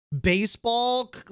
baseball